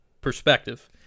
perspective